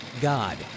God